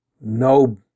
No